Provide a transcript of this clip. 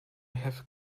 have